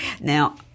now